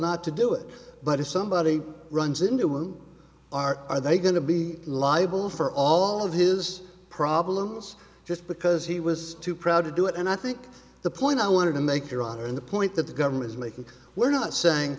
not to do it but if somebody runs into our are they going to be liable for all of his problems just because he was too proud to do it and i think the point i want to make your honor and the point that the government is making we're not saying